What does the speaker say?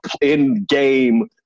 in-game